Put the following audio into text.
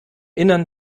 innern